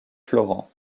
florent